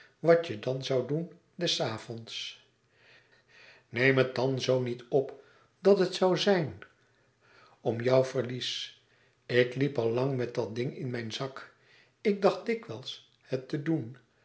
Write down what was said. wat je dan zoû doen des avonds neem het dan zoo niet op dat het zoû zijn om jouw verlies ik liep al lang met dat ding in mijn zak ik dacht dikwijls het te doen